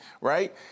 right